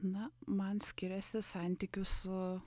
na man skiriasi santykiu su